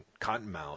Cottonmouth